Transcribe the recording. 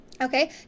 Okay